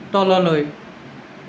তললৈ